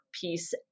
piece